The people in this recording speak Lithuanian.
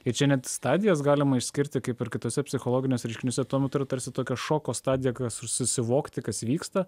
ir čia net stadijas galima išskirti kaip ir kituose psichologiniuose reiškiniuose tuo metu yra tarsi tokia šoko stadija kas ir susivokti kas vyksta